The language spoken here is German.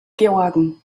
georgen